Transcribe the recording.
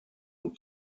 und